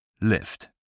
Lift